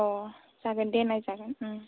अ' जागोन दे नायजागोन